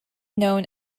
known